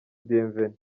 bienvenue